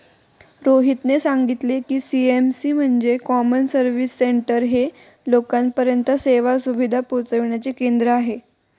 रोहितने सांगितले की, सी.एस.सी म्हणजे कॉमन सर्व्हिस सेंटर हे लोकांपर्यंत सेवा सुविधा पोहचविण्याचे केंद्र आहे